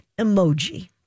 emoji